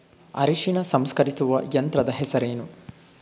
ಅರಿಶಿನ ಸಂಸ್ಕರಿಸುವ ಯಂತ್ರದ ಹೆಸರೇನು?